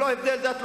ללא הבדלי דת,